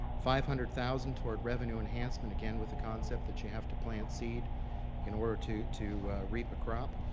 five hundred thousand toward revenue enhancement again with the concept that you have to plant seed in order to to reap a crop